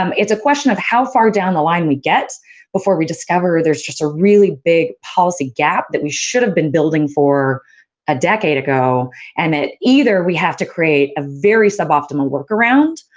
um it's a question of how far down the line we get before we discover there's just a really big policy gap that we should have been building for a decade ago and that either we have to create a very suboptimal workaround,